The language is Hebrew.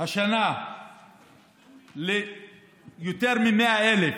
השנה יותר מ-100,000,